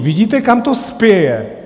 Vidíte, kam to spěje?